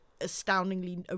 astoundingly